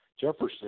Jefferson